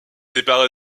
séparée